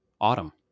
autumn